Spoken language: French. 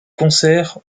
concerts